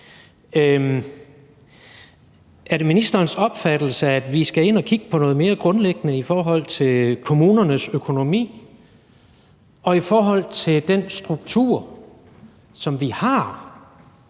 Er det ministerens opfattelse, at vi skal ind at kigge på noget mere grundlæggende i forhold til kommunernes økonomi og i forhold til den struktur, som vi har,